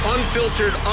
Unfiltered